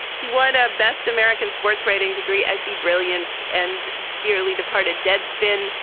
he won a best american sports writing degree at the brilliant and dearly departed deadspin.